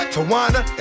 Tawana